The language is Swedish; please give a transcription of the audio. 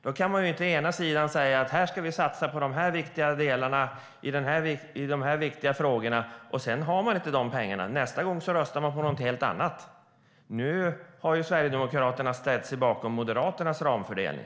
Då kan man inte säga att man ska satsa på de viktiga delarna och sedan har man inte de pengarna. Nästa gång röstar man på något helt annat. Nu har Sverigedemokraterna ställt sig bakom Moderaternas ramfördelning.